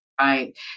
Right